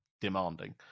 demanding